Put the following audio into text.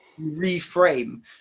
reframe